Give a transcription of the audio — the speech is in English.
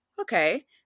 okay